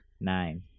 Nine